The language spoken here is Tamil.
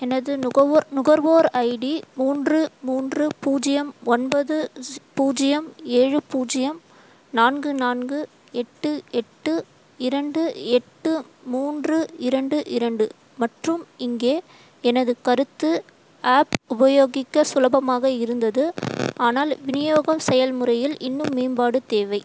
எனது நுகர்வோர் நுகர்வோர் ஐடி மூன்று மூன்று பூஜ்ஜியம் ஒன்பது பூஜ்ஜியம் ஏழு பூஜ்ஜியம் நான்கு நான்கு எட்டு எட்டு இரண்டு எட்டு மூன்று இரண்டு இரண்டு மற்றும் இங்கே எனது கருத்து ஆப் உபயோகிக்க சுலபமாக இருந்தது ஆனால் விநியோக செயல் முறையில் இன்னும் மேம்பாடு தேவை